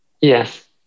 Yes